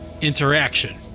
interaction